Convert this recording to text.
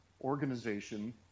organization